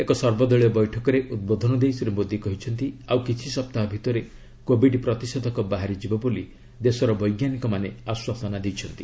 ଏକ ସର୍ବଦଳୀୟ ବୈଠକରେ ଉଦ୍ବୋଧନ ଦେଇ ଶ୍ରୀ ମୋଦୀ କହିଛନ୍ତି ଆଉ କିଛି ସପ୍ତାହ ଭିତରେ କୋବିଡ୍ ପ୍ରତିଷେଧକ ବାହାରି ଯିବ ବୋଲି ଦେଶର ବୈଜ୍ଞାନିକମାନେ ଆଶ୍ୱାସନା ଦେଇଛନ୍ତି